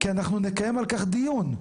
כי אנחנו נקיים על כך דיון.